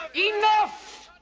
enough!